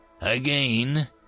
Again